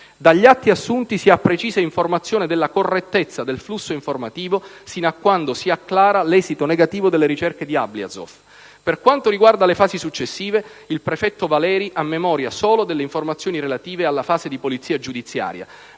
Dagli atti assunti si ha precisa informazione della correttezza del flusso informativo sino a quando si acclara l'esito negativo delle ricerche di Ablyazov. Per quanto riguarda le fasi successive, il prefetto Valeri ha memoria solo delle informazioni relative alla fase di polizia giudiziaria